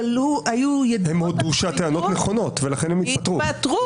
הם הודו שהטענות נכונות ולכן הם התפטרו.